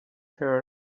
her